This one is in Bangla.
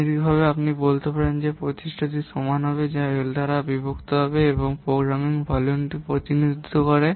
গাণিতিক আপনি বলতে পারেন যে প্রচেষ্টাটি সমান হবে যা L দ্বারা বিভক্ত হবে এমন প্রোগ্রামের ভলিউমের প্রতিনিধিত্ব করে